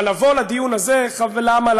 אבל לבוא לדיון הזה, למה?